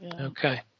Okay